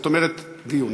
זאת אומרת, דיון.